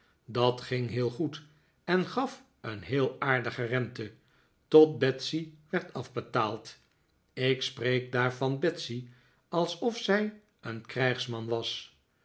dat ging heel goed en gaf een heel aardige rente tot betsey werd afbetaald ik spreek daar van betsey alsof zij een krijgsman was